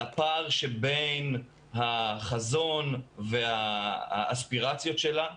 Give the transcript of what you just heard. על הפער שבין החזון והאספירציות שלה,